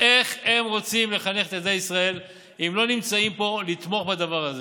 איך הם רוצים לחנך את ילדי ישראל אם הם לא נמצאים פה לתמוך בדבר הזה?